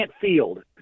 field